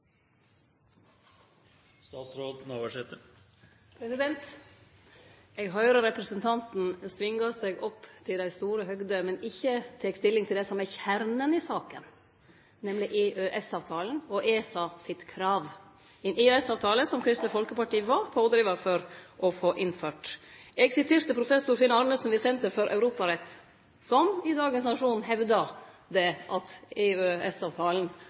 Eg høyrer representanten svingar seg opp til dei store høgder, men han tek ikkje stilling til det som er kjernen i saka, nemleg EØS-avtalen og ESAs krav, ein EØS-avtale som Kristeleg Folkeparti var pådrivar for å få innført. Eg sitererte professor Finn Arnesen i Senter for europarett, som i Nationen i dag hevdar at